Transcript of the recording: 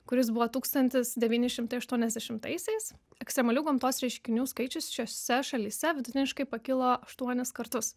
kuris buvo dūkstantis devyni šimtai aštuoniasdešimtaisiais ekstremalių gamtos reiškinių skaičius šiose šalyse vidutiniškai pakilo aštuonis kartus